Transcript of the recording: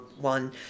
one